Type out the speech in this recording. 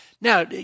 Now